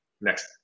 next